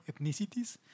ethnicities